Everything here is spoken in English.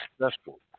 successful